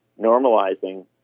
normalizing